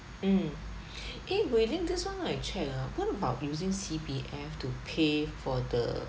mm eh weilling this [one] I check ah what about using C_P_F to pay for the